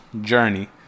journey